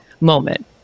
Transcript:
moment